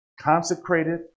Consecrated